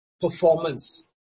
performance